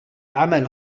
عمل